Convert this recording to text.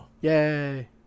Yay